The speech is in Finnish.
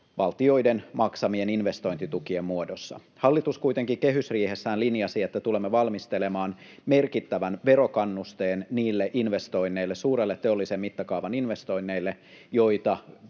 valtioiden maksamien investointitukien muodossa. Hallitus kuitenkin kehysriihessään linjasi, että tulemme valmistelemaan merkittävän verokannusteen niille investoinneille, suurille teollisen mittakaavan investoinneille, joita